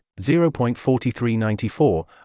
0.4394